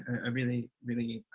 i really, really,